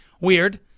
Weird